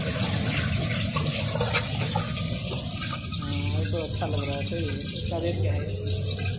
यह तो अच्छा लग रहा सही है इसका रेट क्या है